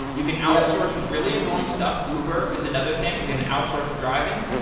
you can outsource really annoying stuff. uber is another thing, can outsource driving.